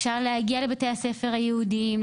אפשר להגיע לבתי הספר הייעודיים,